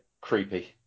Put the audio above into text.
creepy